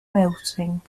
melting